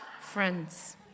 Friends